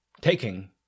Taking